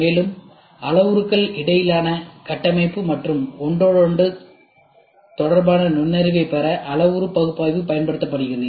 மேலும் அளவுருக்களுக்கு இடையிலான கட்டமைப்பு மற்றும் ஒன்றோடொன்று தொடர்பான நுண்ணறிவைப் பெற அளவுரு பகுப்பாய்வு பயன்படுத்தப்படுகிறது